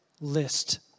list